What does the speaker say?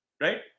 Right